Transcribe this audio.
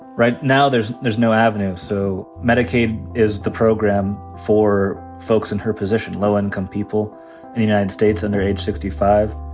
right now, there's there's no avenue. so medicaid is the program for folks in her position, low income people in the united states under age sixty five.